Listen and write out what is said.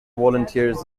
volunteers